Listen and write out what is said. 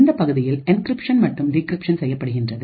இந்த பகுதியில் என்கிரிப்ஷன் மற்றும் டிகிரிப்ஷன் செய்யப்படுகின்றது